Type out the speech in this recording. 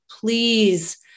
please